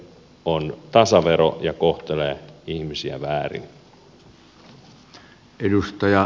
se on tasavero ja kohtelee ihmisiä väärin